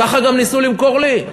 ככה גם ניסו למכור לי.